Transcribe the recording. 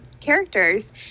characters